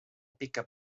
pica